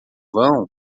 vão